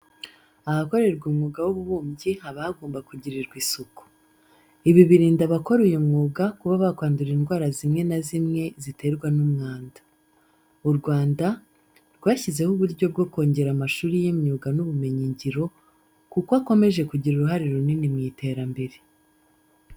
Ahakorerwa umwuga w'ububumbyi haba hagomba kugirirwa isuku. Ibi birinda abakora uyu mwuga kuba bakwandura indwara zimwe na zimwe ziterwa n'umwanda. U Rwanda, rwashyizeho uburyo bwo kongera amashuri y'imyuga n'ubumenyingiro, kuko akomeje kugira uruhare runini mu iterambere.